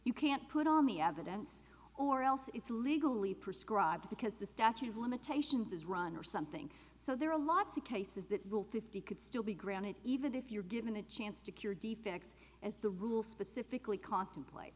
you can't put on the evidence or else it's legally prescribed because the statute of limitations is run or something so there are lots of cases that will fifty could still be granted even if you're given a chance to cure defects as the rule specifically con